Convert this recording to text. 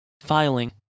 filing